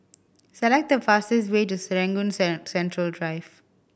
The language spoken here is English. select the fastest way to Serangoon Central Drive